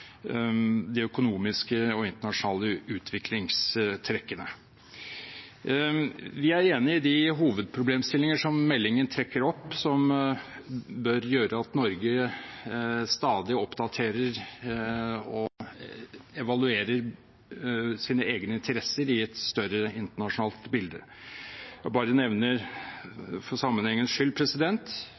de økonomiske og internasjonale utviklingstrekkene. Vi er enig i de hovedproblemstillinger som meldingen trekker opp, som bør gjøre at Norge stadig oppdaterer og evaluerer sine egne interesser i et større internasjonalt bilde. Jeg bare nevner – for sammenhengens skyld